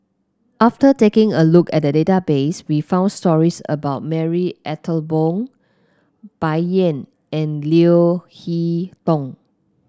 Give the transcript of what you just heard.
after taking a look at the database we found stories about Marie Ethel Bong Bai Yan and Leo Hee Tong